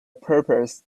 purpose